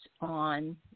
on